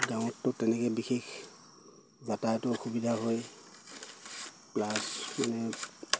গাঁৱতো তেনেকৈ বিশেষ যাতায়াতো অসুবিধা হয় প্লাছ মানে